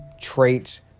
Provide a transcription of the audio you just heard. Traits